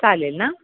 चालेल ना